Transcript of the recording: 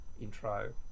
intro